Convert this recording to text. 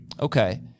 Okay